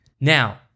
Now